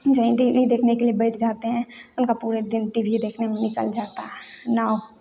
जहाँ ईं डेली देखने के लिए बैठ जाते हैं उनका पूरे दिन टी व्ही देखने में निकल जाता ना वो